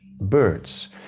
birds